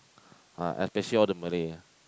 ah especially all the Malay ah